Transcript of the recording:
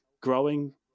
growing